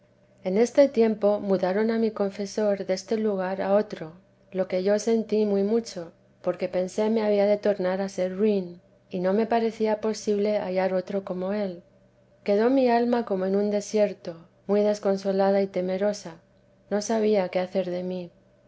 en este tiempo mudaron a mi confesor deste lugar a otro lo que yo sentí muy mucho porque pensé me había de tornar a ser ruin y no me parecía posible hallar otro como él quedó mi alma como en un desierto muy desconsolada y temerosa no sabía qué hacer de mí